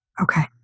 Okay